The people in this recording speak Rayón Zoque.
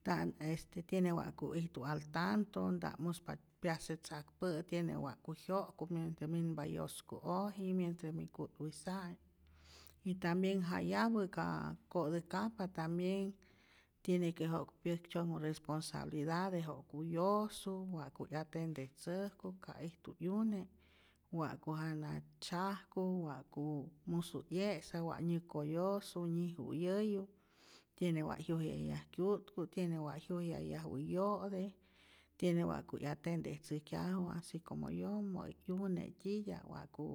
nta' este tiene wa'ku ijtu al tanto, nta'p muspa pyase tzakpä'ä, tiene wa'ku jyo'ku, mientres minpa yosku'oji, mientres mi ku'twisa'e', y tambien jayapä ka ko'täjkajpa tambien tiene que ja'ku pyäktzyonhu responsabilidades ja'ku yosu, wa'ku 'yatendetzäjku, ka ijtu 'yune', wa'ku jana tzyajku, wa'ku musu 'ye'sa, wa' nyäkoyosu, nyi'tu'yäyu, tiene wa' jyujyayaj kyu'tku, tiene wa jyujyayaju 'yo'te, tiene wa'ku 'yatendetzäjkyaju, asi como yomo y 'yune tyitya'p wa'ku.